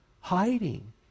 hiding